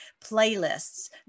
Playlists